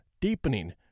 deepening